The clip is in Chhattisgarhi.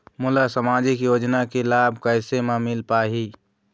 मोला सामाजिक योजना के लाभ कैसे म मिल पाही?